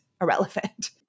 irrelevant